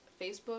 Facebook